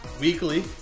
weekly